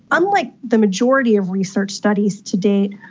unlike the majority of research studies to date,